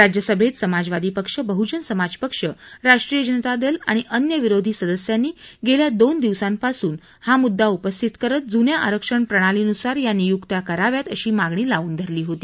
राज्यसभेत समाजवादी पक्ष बहुजन समाज पक्ष राष्ट्रीय जनता दल आणि अन्य विरोधी सदस्यांनी गेल्या दोन दिवसांपासून मुद्दा उपस्थित करत जुन्या आरक्षण प्रणालीनुसार या नियुक्त्या कराव्यात अशी मागणी लावून धरली होती